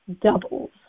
doubles